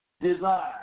desire